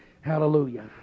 Hallelujah